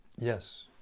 Yes